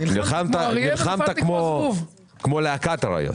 נלחמת כמו להקת אריות.